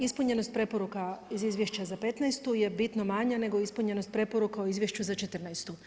Ispunjenost preporuka iz Izvješća za '15. je bitno manja nego ispunjenost preporuka u izvješću za 2014.